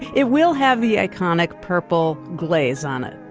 it will have the iconic purple glaze on it.